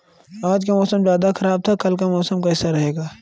आज का मौसम ज्यादा ख़राब था कल का कैसा रहेगा?